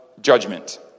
judgment